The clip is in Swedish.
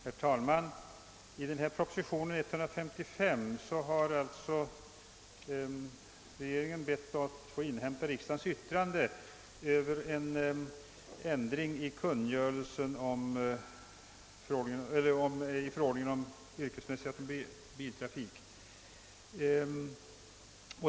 Herr talman! Enligt proposition nr 155 har regeringen bett att få inhämta riksdagens yttrande om en ändring i förordningen om yrkesmässig automobiltrafik.